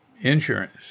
insurance